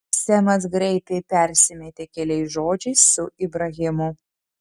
semas greitai persimetė keliais žodžiais su ibrahimu